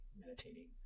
meditating